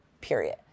period